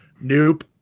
Nope